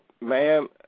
ma'am